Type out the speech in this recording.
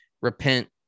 repent